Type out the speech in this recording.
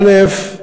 א.